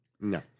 No